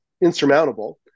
insurmountable